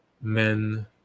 men